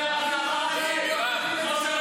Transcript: לרשותך